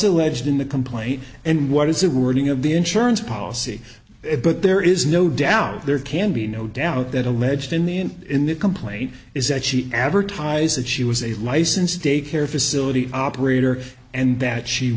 alleged in the complaint and what is a reading of the insurance policy but there is no doubt there can be no doubt that alleged in the in in the complaint is that she advertised that she was a licensed day care facility operator and that she